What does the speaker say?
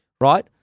right